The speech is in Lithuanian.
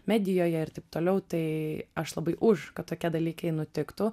medijoje ir taip toliau tai aš labai už kad tokie dalykai nutiktų